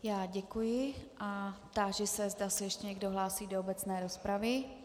Já děkuji a táži se, zda se ještě někdo hlásí do obecné rozpravy.